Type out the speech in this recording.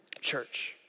church